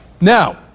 Now